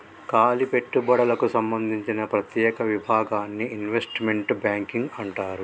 కాలి పెట్టుబడులకు సంబందించిన ప్రత్యేక విభాగాన్ని ఇన్వెస్ట్మెంట్ బ్యాంకింగ్ అంటారు